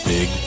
Big